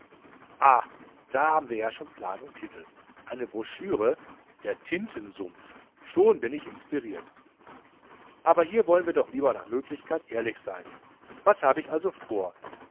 da haben wir ja schon plan und titel eine brochüre der tintensumpf schon bin ich inspiriert aber hier wollen wir doch lieber nach möglichkeit ehrlich sein was habe ich also vor